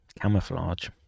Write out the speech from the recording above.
camouflage